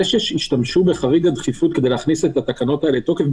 זה שהשתמשו בחריג הדחיפות כדי להכניס את התקנות האלה לתוקף,